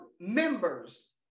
members